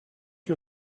you